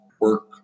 work